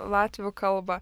latvių kalbą